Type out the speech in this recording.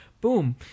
boom